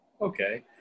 Okay